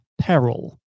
peril